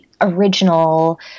original